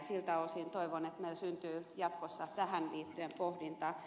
siltä osin toivon että meillä syntyy jatkossa tähän liittyen pohdintaa